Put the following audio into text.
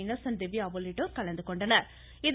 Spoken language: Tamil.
இன்னசென்ட் திவ்யா உள்ளிட்டோர் கலந்துகொண்டனா்